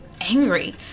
angry